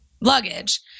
luggage